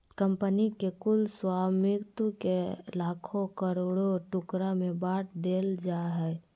company के कुल स्वामित्व के लाखों करोड़ों टुकड़ा में बाँट देल जाय हइ